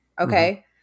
Okay